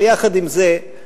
אבל יחד עם זה,